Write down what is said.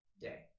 day